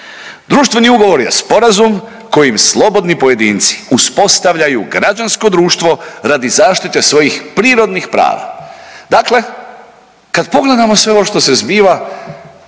Društveni ugovor je sporazum kojim slobodni pojedinci uspostavljaju građansko društvo radi zaštite svojih prirodnih prava, dakle kad pogledamo sve ovo što se zbiva